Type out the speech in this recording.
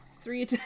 three